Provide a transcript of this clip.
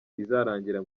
izarangira